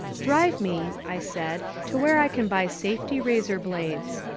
drive me, i said, to where i can buy safety razor blades.